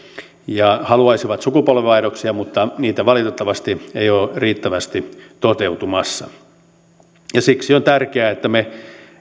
ja haluaisivat sukupolvenvaihdoksia mutta niitä valitettavasti ei ole riittävästi toteutumassa siksi on tärkeää että me